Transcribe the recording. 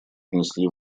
внесли